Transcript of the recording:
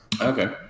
okay